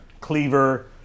Cleaver